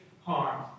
harm